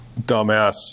dumbass